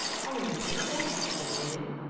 how many syllables is the name in?